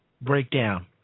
Breakdown